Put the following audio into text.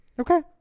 Okay